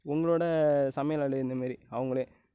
உங்களோடய சமையல் ஆர்டர் இந்தமாரி அவங்களே